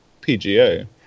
PGA